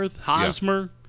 Hosmer